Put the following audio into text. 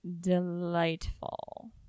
delightful